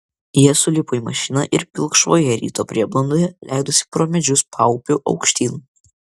jie sulipo į mašiną ir pilkšvoje ryto prieblandoje leidosi pro medžius paupiu aukštyn